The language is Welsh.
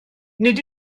nid